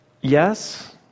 Yes